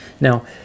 Now